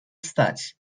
stać